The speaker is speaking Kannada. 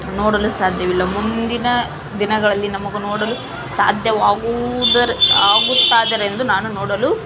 ನೋಡಲು ಸಾಧ್ಯವಿಲ್ಲ ಮುಂದಿನ ದಿನಗಳಲ್ಲಿ ನಮಗೂ ನೋಡಲು ಸಾಧ್ಯವಾಗುವುದರ ಆಗುತ್ತಾದರೆಂದು ನಾನು ನೋಡಲು